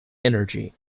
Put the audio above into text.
energy